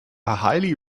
highly